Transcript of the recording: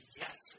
yes